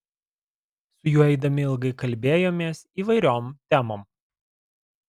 su juo eidami ilgai kalbėjomės įvairiom temom